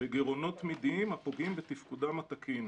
בגירעונות תמידיים הפוגעים בתפקודם התקין.